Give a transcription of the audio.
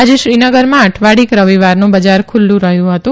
આજે શ્રીનગરમાં અઠવાડીક રવિવારનું બજાર ખુલ્લુ રહ્યું હતું